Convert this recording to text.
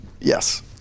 Yes